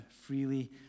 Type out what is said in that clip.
freely